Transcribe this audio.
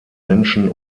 menschen